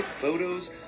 photos